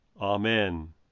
Amen